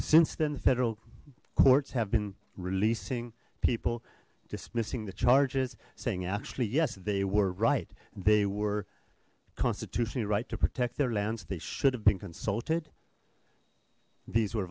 since then the federal courts have been releasing people dismissing the charges saying actually yes they were right they were constitutionally right to protect their lands they should have been consulted these were